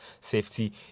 Safety